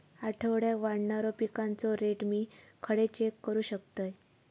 आठवड्याक वाढणारो पिकांचो रेट मी खडे चेक करू शकतय?